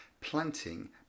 planting